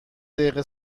دقیقه